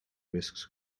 risks